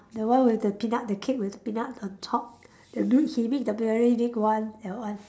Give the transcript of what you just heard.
that one with the peanut the cake with peanut on top the he make the very big one that one